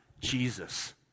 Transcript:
Jesus